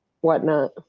whatnot